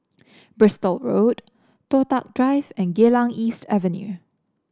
Bristol Road Toh Tuck Drive and Geylang East Avenue